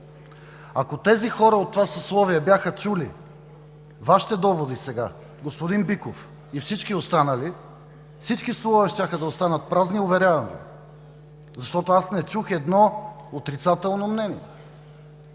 Ако тези хора от това съсловие бяха чули Вашите доводи сега, господин Биков и всички останали, всички столове щяха да останат празни. Уверявам Ви. Защото аз не чух едно отрицателно мнение.